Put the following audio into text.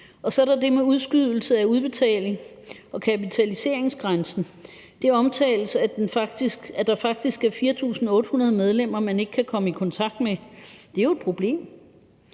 Så er der det med udskydelse af udbetaling og kapitaliseringsgrænsen. Det omtales, at der faktisk er 4.800 medlemmer, man ikke kan komme i kontakt med. Det er jo et problem.